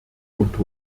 unter